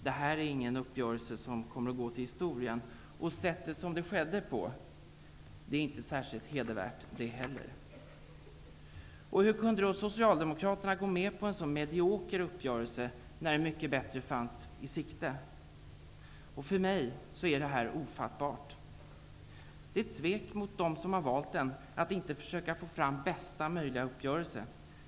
Detta är ingen uppgörelse som kommer att gå till historien, och sättet som den skedde på är heller inte särskilt hedervärt. Hur kunde då socialdemokraterna gå med på en så medioker uppgörelse när en mycket bättre fanns i sikte? För mig är detta ofattbart. Det är ett svek mot dem som har valt oss att inte försöka få fram bästa möjliga uppgörelse.